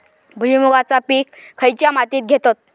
भुईमुगाचा पीक खयच्या मातीत घेतत?